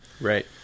Right